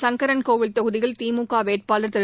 சங்கரன்கோவில் தொகுதியில் திமுக வேட்பாளர் திரு